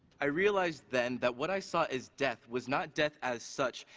i realized then that what i saw as death was not death as such,